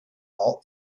all